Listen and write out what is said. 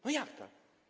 No jak tak.